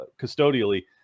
custodially